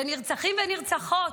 בנרצחים ובנרצחות,